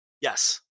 Yes